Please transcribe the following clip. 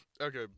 okay